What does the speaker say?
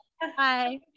Hi